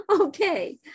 Okay